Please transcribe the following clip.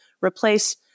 replace